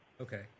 Okay